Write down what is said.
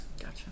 gotcha